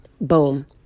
Boom